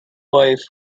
wife